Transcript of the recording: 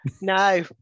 No